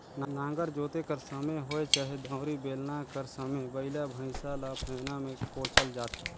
नांगर जोते कर समे होए चहे दउंरी, बेलना कर समे बइला भइसा ल पैना मे कोचल जाथे